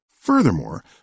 Furthermore